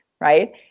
right